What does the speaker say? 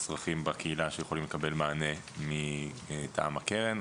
צרכים בקהילה שיכולים לקבל מענה מטעם הקרן.